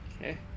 Okay